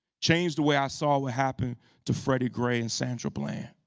changed the way i saw what happened to freddie gray and sandra bland.